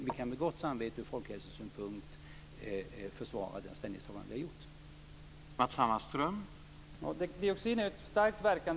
Vi kan med gott samvete ur folkhälsosynpunkt försvara det ställningstagande vi har gjort.